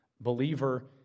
believer